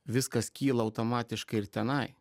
viskas kyla automatiškai ir tenai